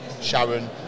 sharon